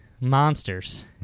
monsters